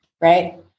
Right